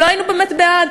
"לא היינו באמת בעד",